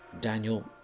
Daniel